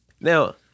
Now